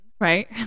right